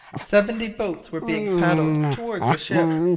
seventy boats were being paddled towards the ship.